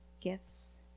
gifts